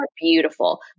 beautiful